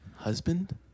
husband